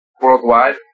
worldwide